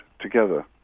together